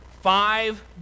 five